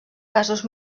casos